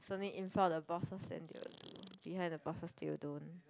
it's only in front of the bosses then they will do behind the bosses they don't